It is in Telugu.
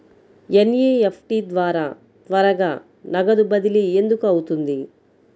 ఎన్.ఈ.ఎఫ్.టీ ద్వారా త్వరగా నగదు బదిలీ ఎందుకు అవుతుంది?